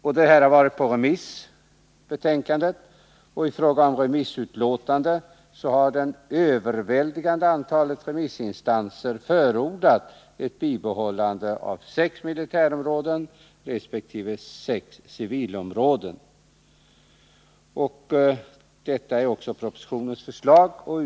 Utredningens betänkande har remissbehandlats, och det övervägande antalet remissinstanser har förordat ett bibehållande av sex militärområden resp. sex civilområden. Detta är också regeringens förslag i propositionen.